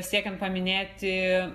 siekiant paminėti